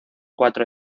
cuatro